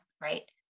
Right